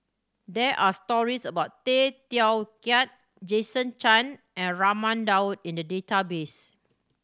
there are stories about Tay Teow Kiat Jason Chan and Raman Daud in the database